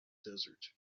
desert